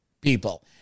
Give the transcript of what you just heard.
people